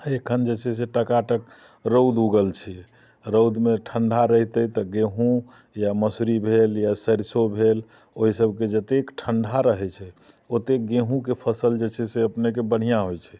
एखन जे छै से टकाटक रौद उगल छै रौदमे ठण्ढ़ा रहितै तऽ गेहूँ या मसूरी भेल या सरिसो भेल ओइ सबके जतेक ठण्ढ़ा रहै छै ओतेक गेहूँके फसल जे छै से अपनेके बढ़िआँ होइ छै